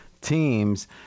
teams